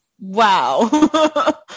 wow